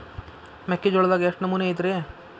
ಮೆಕ್ಕಿಜೋಳದಾಗ ಎಷ್ಟು ನಮೂನಿ ಐತ್ರೇ?